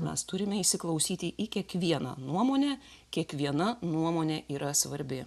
mes turime įsiklausyti į kiekvieną nuomonę kiekviena nuomonė yra svarbi